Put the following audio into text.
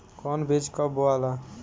कौन बीज कब बोआला?